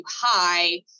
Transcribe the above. high